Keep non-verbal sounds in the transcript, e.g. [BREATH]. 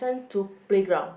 [BREATH]